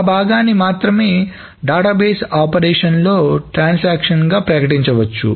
ఆ భాగాన్ని మాత్రమే డేటాబేస్ ఆపరేషన్లలో ట్రాన్సాక్షన్ గా ప్రకటించవచ్చు